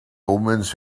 omens